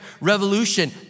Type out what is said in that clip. Revolution